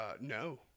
No